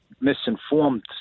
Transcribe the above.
misinformed